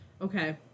Okay